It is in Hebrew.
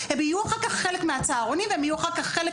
אז אחר כך חלק מהצהרונים ואחר כך חלק